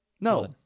No